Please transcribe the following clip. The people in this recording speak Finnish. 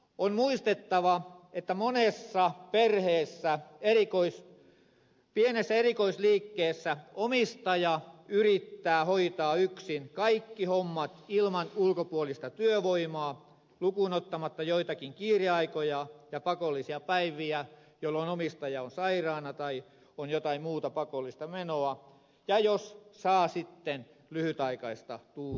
on muistettava että monessa pienessä erikoisliikkeessä omistaja yrittää hoitaa yksin kaikki hommat ilman ulkopuolista työvoimaa lukuun ottamatta joitakin kiireaikoja ja pakollisia päiviä jolloin omistaja on sairaana tai on jotain muuta pakollista menoa ja jos saa sitten lyhytaikaista tuuraajaa